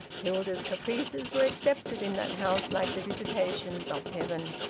hilda's caprices were accepted in that house like the visitations of heaven.